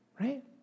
Right